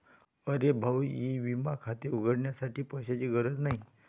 अरे भाऊ ई विमा खाते उघडण्यासाठी पैशांची गरज नाही